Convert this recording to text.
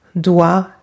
doit